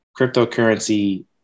cryptocurrency